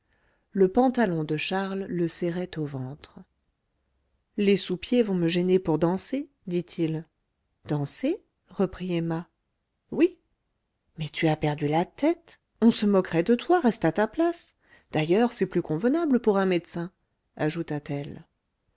le pantalon de charles le serrait au ventre les sous-pieds vont me gêner pour danser dit-il danser reprit emma oui mais tu as perdu la tête on se moquerait de toi reste à ta place d'ailleurs c'est plus convenable pour un médecin ajoutat-elle